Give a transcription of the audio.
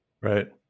right